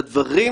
בדיוק.